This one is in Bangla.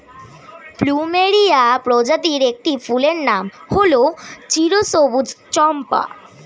প্লুমেরিয়া প্রজাতির একটি ফুলের নাম হল চিরসবুজ চম্পা